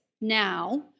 now